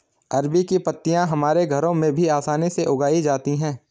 अरबी की पत्तियां हमारे घरों में भी आसानी से उगाई जाती हैं